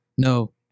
No